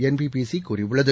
NBCC கூறியுள்ளது